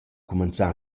cumanzà